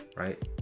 Right